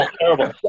terrible